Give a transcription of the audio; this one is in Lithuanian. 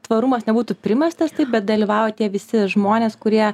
tvarumas nebūtų primestas taip bet dalyvauja tie visi žmonės kurie